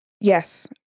Yes